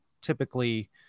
typically